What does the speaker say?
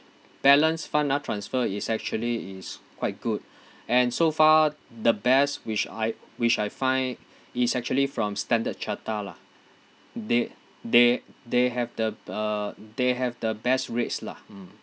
balance fund uh transfer is actually it's quite good and so far the best which I which I find is actually from standard chartered lah they they they have the uh they have the best rates lah mm